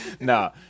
Nah